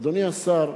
אדוני השר,